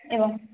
एवं